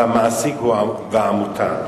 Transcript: והמעסיק הוא העמותה.